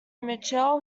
mitchell